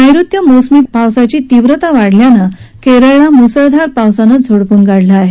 नैऋत्य मोसमी पावसाची तीव्रता वाढल्यानं केरळला मुसळधार पावसानं झोडपून काढलं आहे